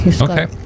Okay